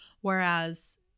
Whereas